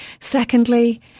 Secondly